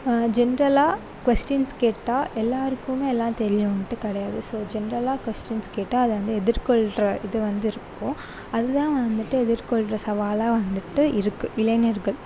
ஜென்ரலாக கொஸ்டின்ஸ் கேட்டால் எல்லாருக்கும் எல்லாம் தெரியணும்ன்ட்டு கிடையாது ஸோ ஜென்ரலாக கொஸ்டின்ஸ் கேட்டால் அதை வந்து எதிர்கொள்கிற இது வந்து இருக்கும் அதுதான் வந்துவிட்டு எதிர்கொள்கிற சவாலாக வந்துவிட்டு இருக்கு இளைஞர்கள்